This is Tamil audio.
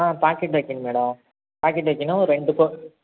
ஆ பாக்கெட் வைக்கிணும் மேடம் பாக்கெட் வைக்கிணும் ஒரு ரெண்டு